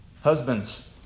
Husbands